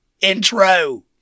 intro